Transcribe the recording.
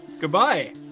goodbye